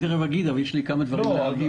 תיכף אגיד, אבל יש לי כמה דברים להגיד.